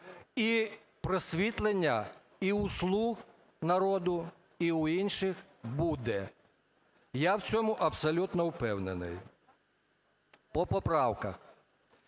І просвітлення і у "слуг народу", і в інших буде, я в цьому абсолютно впевнений. По поправках.